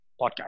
podcast